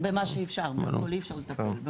במה שאפשר, לא בהכול אפשר לטפל.